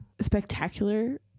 spectacular